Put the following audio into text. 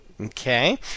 Okay